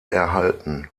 erhalten